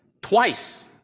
twice